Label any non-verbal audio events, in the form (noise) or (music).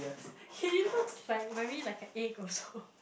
(breath) he looks like very like a egg also (laughs)